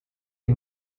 est